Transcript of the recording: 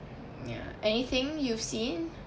ya anything you've seen